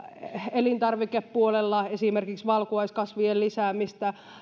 elintarvikepuolella esimerkiksi valkuaiskasvien lisäämistä